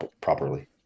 properly